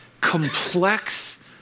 complex